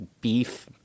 beef